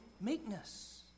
meekness